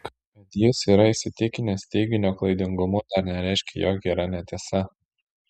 kad jis yra įsitikinęs teiginio klaidingumu dar nereiškia jog yra netiesa